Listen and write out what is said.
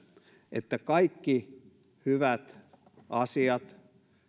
että kaikki hyvät asiat